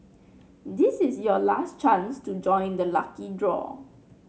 this is your last chance to join the lucky draw